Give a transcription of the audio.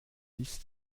ist